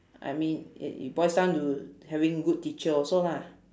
I mean it it boils down to having good teacher also lah